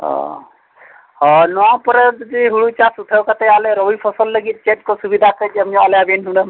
ᱦᱮᱸ ᱦᱳᱭ ᱱᱚᱣᱟ ᱯᱚᱨᱮ ᱡᱩᱫᱤ ᱦᱳᱲᱳ ᱪᱟᱥ ᱩᱴᱷᱟᱹᱣ ᱠᱟᱛᱮᱫ ᱟᱞᱮ ᱨᱩᱵᱤ ᱯᱷᱚᱥᱚᱞ ᱞᱟᱹᱜᱤᱫ ᱪᱮᱫ ᱠᱚ ᱥᱩᱵᱤᱫᱟ ᱠᱟᱹᱡ ᱮᱢ ᱧᱚᱜ ᱟᱞᱮᱭᱟ ᱵᱤᱱ ᱦᱩᱱᱟᱹᱝ